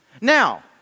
Now